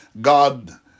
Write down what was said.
God